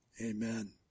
Amen